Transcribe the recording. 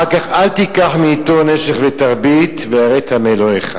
אחר כך: אל תיקח מאתו נשך ותרבית ויראת מאלוהיך